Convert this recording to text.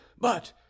but